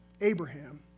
Abraham